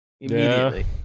Immediately